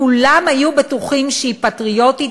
כולם היו בטוחים שהיא פטריוטית,